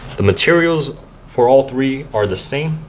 the materials for all three are the same.